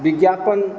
विज्ञापन